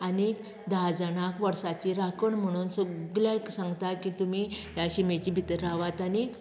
आनीक धा जाणांक वर्साची राखण म्हणून सगल्याक सांगता की तुमी ह्या शिमेचे भितर रावात आनी